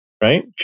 Right